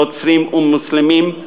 נוצרים ומוסלמים.